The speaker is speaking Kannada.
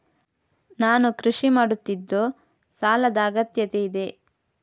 ನಾನು ಕೃಷಿ ಮಾಡುತ್ತಿದ್ದು ಸಾಲದ ಅಗತ್ಯತೆ ಇದೆ?